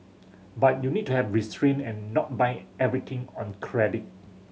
but you need to have restrain and not buy everything on credit